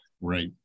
Right